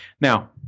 Now